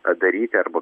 padaryti arba